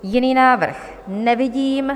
Jiný návrh nevidím.